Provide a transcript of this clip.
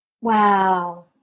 wow